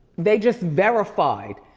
they just verified.